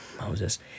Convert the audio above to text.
moses